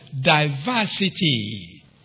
diversity